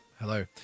hello